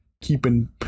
keeping –